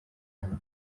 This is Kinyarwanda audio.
aha